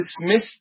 dismiss